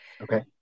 Okay